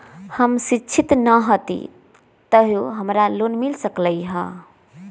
हम शिक्षित न हाति तयो हमरा लोन मिल सकलई ह?